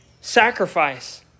sacrifice